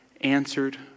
answered